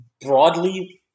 broadly –